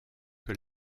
que